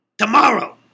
tomorrow